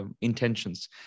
intentions